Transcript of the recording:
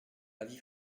avis